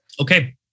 Okay